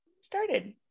started